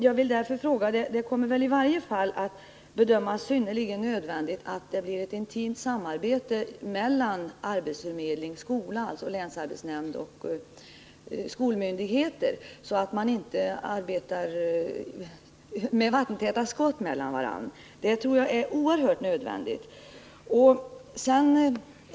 Jag vill därför fråga om inte regeringen kommer att bedöma det som synnerligen nödvändigt med ett intimt samarbete mellan arbetsförmedling och skola "liksom mellan länsarbetsnämnder och skolmyndigheter, så 'att dessa olika organ inte arbetar med vattentäta skott emellan sig. Jag tror att detta är oerhört viktigt.